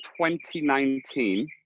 2019